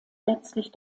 letztlich